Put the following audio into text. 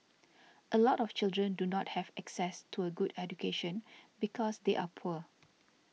a lot of children do not have access to a good education because they are poor